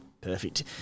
perfect